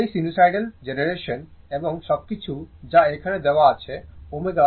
সেই সিনূসইডাল প্রজন্ম এবং সবকিছু যা এখানে দেওয়া আছে ω 2πf এর সমান